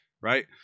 Right